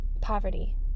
poverty